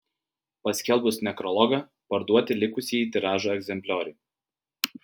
paskelbus nekrologą parduoti likusieji tiražo egzemplioriai